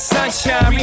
Sunshine